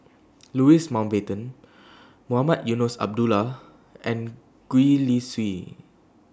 Louis Mountbatten Mohamed Eunos Abdullah and Gwee Li Sui